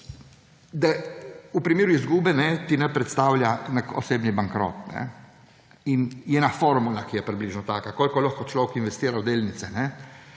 v primeru izgube ne predstavlja neki osebni bankrot. In je ena formula, ki je približno taka, koliko lahko človek investira v delnice.